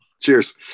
cheers